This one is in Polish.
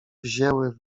wzięły